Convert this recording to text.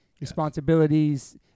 Responsibilities